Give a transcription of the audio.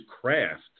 craft